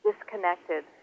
disconnected